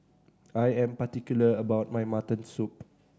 I am particular about my mutton soup